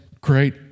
great